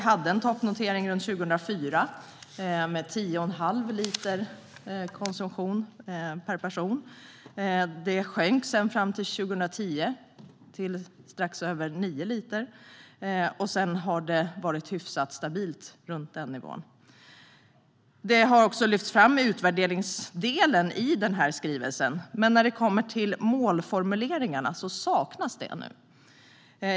Från toppnoteringen 2004 med en konsumtion på 10,5 liter per person sjönk det fram till 2010 till drygt 9 liter per person och har sedan hållit sig ganska stabilt runt den nivån. Detta lyfts också fram i utvärderingsdelen i regeringens skrivelse, men när det kommer till målformuleringarna saknas det.